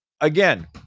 again